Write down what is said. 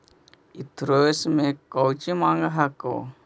Insurance मे कौची माँग हको?